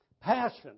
passion